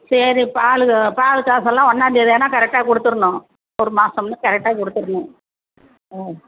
சரி பால் பால் காசெல்லாம் ஒன்றாந்தேதி ஆனால் கரெக்டாக கொடுத்துர்ணும் ஒரு மாதம்னு கரெக்டாக கொடுத்துர்ணும் ம்